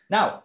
Now